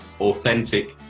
authentic